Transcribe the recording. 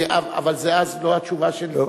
אבל זה אז לא התשובה של משרד הפנים,